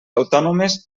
autònomes